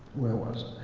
where was